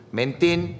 maintain